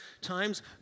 times